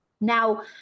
Now